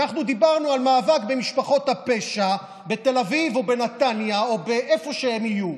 אנחנו דיברנו על מאבק במשפחות הפשע בתל אביב או בנתניה או איפה שהם היו.